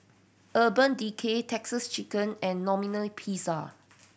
Urban Decay Texas Chicken and Domino Pizza